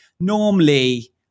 Normally